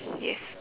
yes